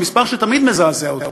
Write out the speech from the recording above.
המספר שתמיד מזעזע אותי,